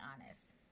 honest